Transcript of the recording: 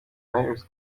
meyers